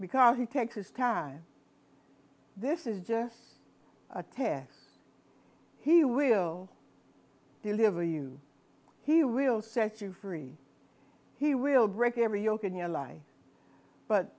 because he takes his time this is just a test he will deliver you he will set you free he will break every yoke in your life but